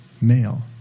male